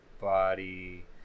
body